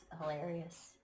hilarious